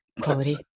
quality